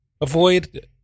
Avoid